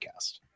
podcast